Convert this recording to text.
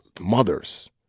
mothers